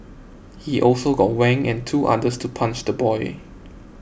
he also got Wang and two others to punch the boy